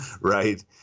right